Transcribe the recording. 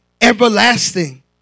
everlasting